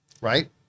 right